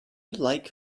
like